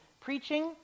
preaching